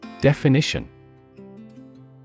Definition